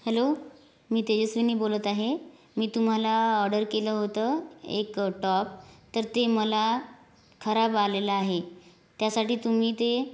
hello मी तेजस्विनी बोलत आहे मी तुम्हाला ऑर्डर केलं होत एक टॉप तर ते मला खराब आलेलं आहे त्यासाठी तुम्ही ते